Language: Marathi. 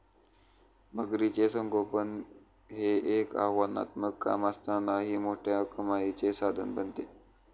मगरीचे संगोपन हे एक आव्हानात्मक काम असतानाही मोठ्या कमाईचे साधन बनते